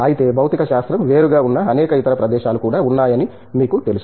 అయితే భౌతికశాస్త్రం వేరుగా ఉన్న అనేక ఇతర ప్రదేశాలు కూడా ఉన్నాయని మీకు తెలుసు